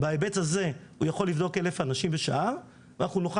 בהיבט הזה הוא יכול לבדוק 1,000 אנשים בשעה ואנחנו נוכל